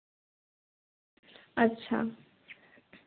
ᱟᱪᱪᱷᱟ